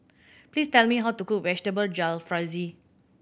please tell me how to cook Vegetable Jalfrezi